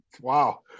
wow